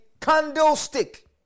candlestick